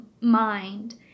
mind